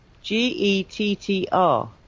G-E-T-T-R